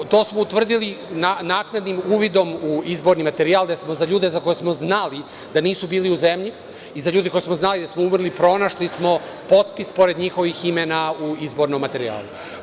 To smo utvrdili naknadnim uvidom u izborni materijal, gde smo za ljude za koje smo znali da nisu bili u zemlji i za ljude za koje smo znali da su umrli pronašli potpis pored njihovih imena u izbornom materijalu.